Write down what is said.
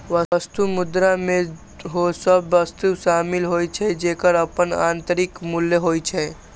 वस्तु मुद्रा मे ओ सभ वस्तु शामिल होइ छै, जेकर अपन आंतरिक मूल्य होइ छै